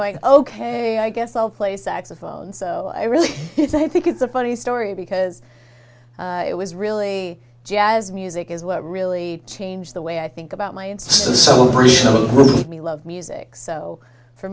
going ok i guess i'll play saxophone so i really i think it's a funny story because it was really jazz music is what really changed the way i think about my and so for me love music so for